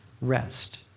rest